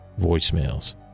voicemails